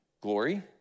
glory